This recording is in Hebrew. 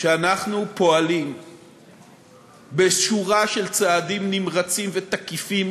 שאנחנו פועלים בשורה של צעדים נמרצים ותקיפים